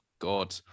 God